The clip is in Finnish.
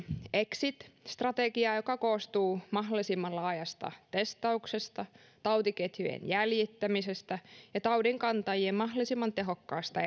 exit strategiaa joka koostuu mahdollisimman laajasta testauksesta tautiketjujen jäljittämisestä ja taudinkantajien mahdollisimman tehokkaasta